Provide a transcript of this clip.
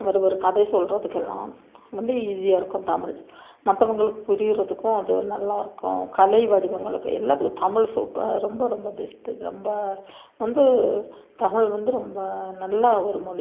ஒரு ஒரு கதை சொல்றதுக்கெல்லாம் வந்து ஈஸியாக இருக்கும் தமிழ் மற்றவங்களுக்கு புரிகிறதுக்கும் அது நல்லாயிருக்கும் கலை வடிவங்களுக்கும் எல்லாத்துக்கும் தமிழ் சூப்பர் ரொம்ப ரொம்ப பெஸ்ட்டு ரொம்ப வந்து தமிழ் வந்து ரொம்ப நல்ல ஒரு மொழி